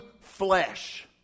flesh